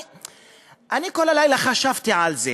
כל הלילה חשבתי על זה,